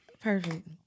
perfect